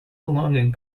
belonging